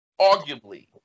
Arguably